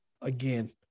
again